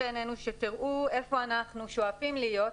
שתראו היכן אנחנו שואפים להיות.